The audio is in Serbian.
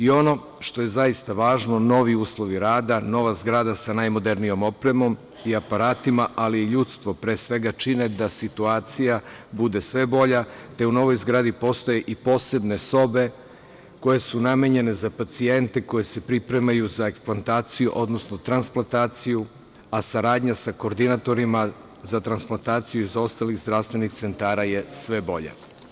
Ono što je zaista važno, novi uslovi rada, nova zgrada sa najmodernijom opremom i aparatima, ali i ljudstvo pre svega čine da situacija bude sve bolja, te u novoj zgradi postoje i posebne sobe koje su namenjene za pacijente koji se pripremaju za ekvantaciju, odnosno transplantaciju, a saradnja sa kordinatorima za transplataciju iz ostalih zdravstvenih centara je sve bolja.